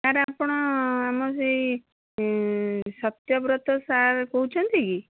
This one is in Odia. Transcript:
ସାର୍ ଆପଣ ଆମର ସେଇ ସତ୍ୟବ୍ରତ ସାର୍ କହୁଛନ୍ତି କି